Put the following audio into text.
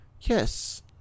Yes